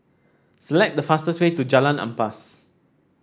select the fastest way to Jalan Ampas